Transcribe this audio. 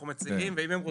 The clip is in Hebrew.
אנחנו מציעים והם הם רוצים,